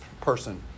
person